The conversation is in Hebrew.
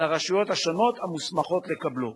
לרשויות השונות המוסמכות לקבלו.